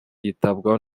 yitabwaho